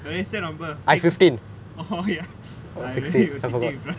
register number six oh ya I remember you were sitting in front